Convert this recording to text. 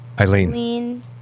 eileen